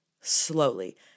slowly